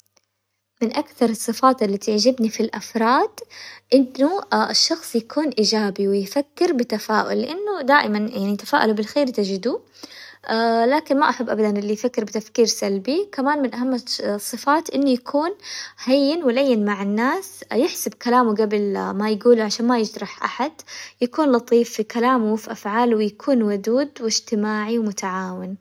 من أكثر الصفات اللي تعجبني في الأفراد إنه الشخص يكون ايجابي ويفكر بتفاؤل، لأنه دائماً يعني تفاؤلوا بالخير تجدوه، لكن ما أحب أبدا اللي يفكر بتفكير سلبي، كمان من أهم الصفات انه يكون هين ولين مع الناس، يحسب كلامه قبل ما يقوله عشان ما يجرح أحد، يكون لطيف في كلامه وفي أفعاله ويكون ودود واجتماعي ومتعاون.